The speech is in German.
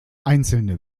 einzelne